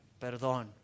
perdón